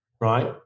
right